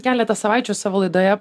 keletą savaičių savo laidoje